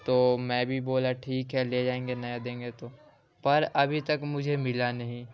تو میں بھی بولا ٹھیک ہے لے جائیں گے نیا دیں گے تو پر ابھی تک مجھے ملا نہیں